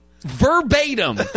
verbatim